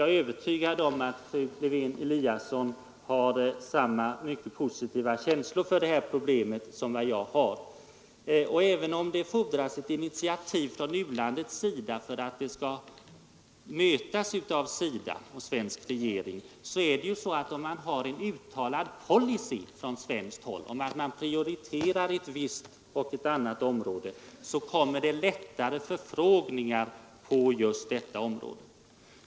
Jag är övertygad om att fru Lewén-Eliasson personligen har samma positiva känslor för detta problem som vad jag har. Men även om det fordras ett initiativ från u-landet för att det skall mötas av SIDA och den svenska regeringen så är det ju på det sättet, att om man har en uttalad policy från svenskt håll att man prioriterar ett visst område — såsom kvinnoutbildning — så blir det från u-ländernas håll lättare förfrågningar på detta område.